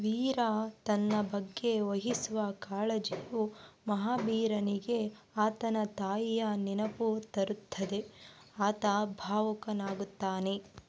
ವೀರಾ ತನ್ನ ಬಗ್ಗೆ ವಹಿಸುವ ಕಾಳಜಿಯು ಮಹಾಬೀರನಿಗೆ ಆತನ ತಾಯಿಯ ನೆನಪು ತರುತ್ತದೆ ಆತ ಭಾವುಕನಾಗುತ್ತಾನೆ